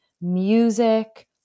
music